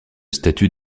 statut